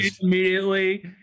immediately